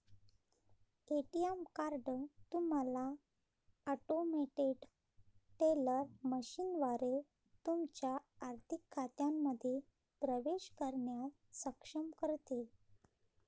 ATM card तुम्हाला automated teller मशीनद्वारे तुमच्या आर्थिक खात्यांमध्ये प्रवेश करण्यास सक्षम करते